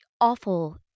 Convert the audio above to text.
awful